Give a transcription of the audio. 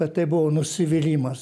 bet tai buvo nusivylimas